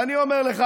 ואני אומר לך,